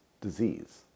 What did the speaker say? disease